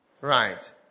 Right